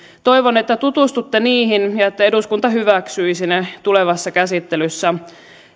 toivon että tutustutte niihin ja että eduskunta hyväksyisi ne tulevassa käsittelyssä